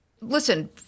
Listen